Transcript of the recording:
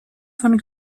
von